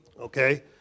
Okay